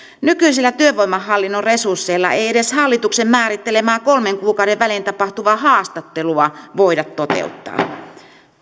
nykyisillä työvoimahallinnon resursseilla ei ei edes hallituksen määrittelemää kolmen kuukauden välein tapahtuvaa haastattelua voida toteuttaa